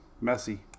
messy